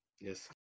Yes